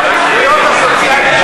הזכויות הסוציאליות,